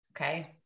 Okay